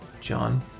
John